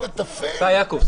לא יהיה חוק,